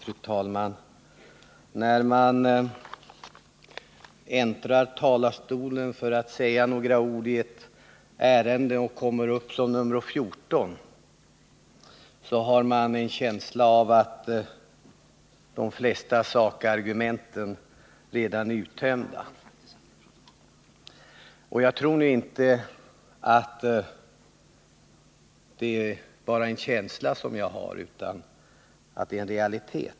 Fru talman! När man äntrar talarstolen för att säga några ord i ett ärende och kommer upp som nr 14 har man en känsla av att de flesta sakargumenten redan är uttömda. Jag tror nu inte att det bara är en känsla som jag har utan att det är en realitet.